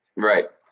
right,